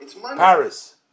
Paris